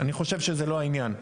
אני חושב שזה לא העניין.